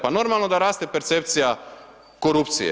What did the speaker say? Pa normalno da raste percepcija korupcije.